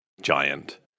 giant